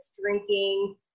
drinking